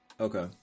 Okay